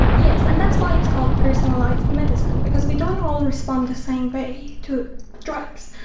yes, and that's why it's called personalised medicine because we don't all respond the same way to drugs.